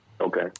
Okay